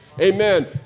Amen